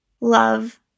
love